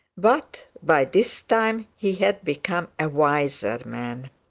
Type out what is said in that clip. but by this time, he had become a wiser man.